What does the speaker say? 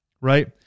right